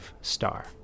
star